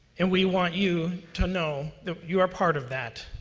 and we want you to know that you are part of that,